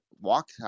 walk